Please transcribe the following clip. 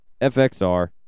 FXR